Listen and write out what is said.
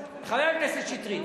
חבר הכנסת שטרית,